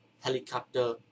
helicopter